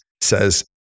says